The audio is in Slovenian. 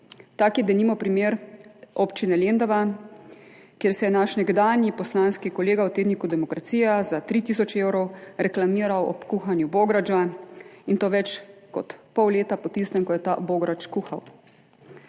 Tak je denimo primer občine Lendava, kjer se je naš nekdanji poslanski kolega v tedniku Demokracija za tri tisoč evrov reklamiral ob kuhanju bograča, in to več kot pol leta po tistem, ko je kuhal